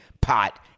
pot